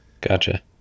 Gotcha